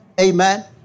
Amen